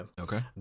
Okay